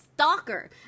stalker